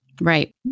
Right